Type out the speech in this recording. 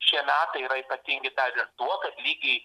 šie metai yra ypatingi dar ir tuo kad lygiai